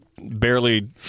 barely